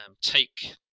take